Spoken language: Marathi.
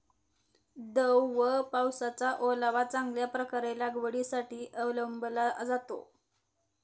दव व पावसाचा ओलावा चांगल्या प्रकारे लागवडीसाठी अवलंबला जातो